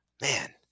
man